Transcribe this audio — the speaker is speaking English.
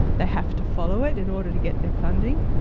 they have to follow it in order to get their funding.